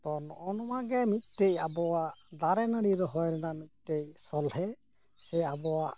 ᱛᱚ ᱱᱚᱜᱼᱚ ᱱᱚᱣᱟᱜᱮ ᱢᱤᱫᱴᱮᱱ ᱟᱵᱚᱣᱟᱜ ᱫᱟᱨᱮ ᱱᱟᱲᱤ ᱨᱚᱦᱚᱭ ᱨᱮᱱᱟᱜ ᱢᱤᱫᱴᱮᱱ ᱥᱚᱞᱦᱮ ᱥᱮ ᱟᱵᱚᱣᱟᱜ